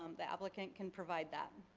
um the applicant can provide that.